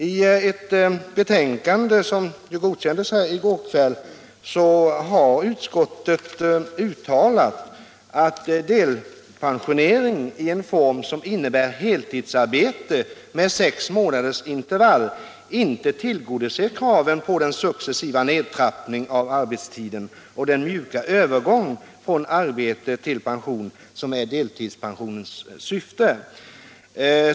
I ett betänkande, som ju godkändes i går kväll, har socialförsäkringsutskottet uttalat, att delpension i en form som innebär heltidsarbete med sex månaders intervall inte ”tillgodoser kravet på den successiva nedtrappning av arbetsinsatsen och den mjuka övergång från arbete till pension som är delpensionens syfte.